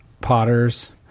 potters